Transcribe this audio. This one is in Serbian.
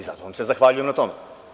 Zato vam se zahvaljujem na tome.